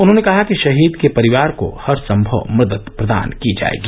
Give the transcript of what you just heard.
उन्होंने कहा कि शहीद के परिवार को हरसंभव मदद प्रदान की जाएगी